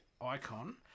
icon